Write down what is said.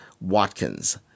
Watkins